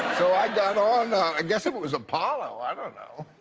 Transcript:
so i got on i guess it but was apollo, i don't know,